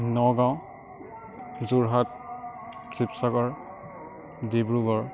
Nagaon Jorhat Sivasagar Dibrugarh